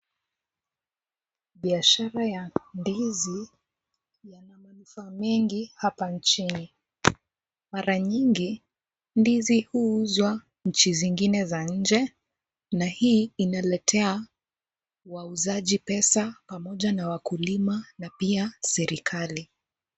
Biashara ya ndizi yana manufaa mengi hapa nchini, mara nyingi ndizi huuzwa nchi zingine za nje na hii inaletea wauzaji pesa pamoja na wakulima na pia serikali.